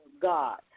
god